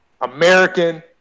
American